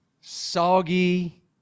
soggy